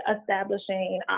establishing